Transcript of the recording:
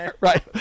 right